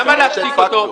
למה להשתיק אותו?